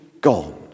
gone